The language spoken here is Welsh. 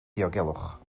diogelwch